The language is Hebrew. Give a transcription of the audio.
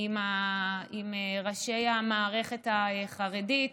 עם ראשי המערכת החרדית.